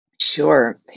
Sure